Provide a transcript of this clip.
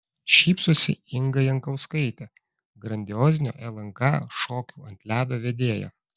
šypsosi inga jankauskaitė grandiozinio lnk šokių ant ledo vedėja